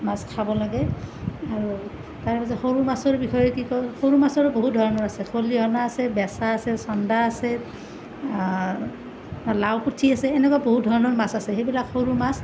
মাছ খাব লাগে আৰু তাৰে মাজত সৰু মাছৰ বিষয়ে কি কওঁ সৰু মাছৰ বহু ধৰণৰ আছে খলিহনা আছে বেছা আছে চন্দা আছে লাও পুঠি আছে এনেকুৱা বহু ধৰণৰ মাছ আছে সেইবিলাক সৰু মাছ